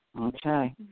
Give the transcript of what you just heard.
Okay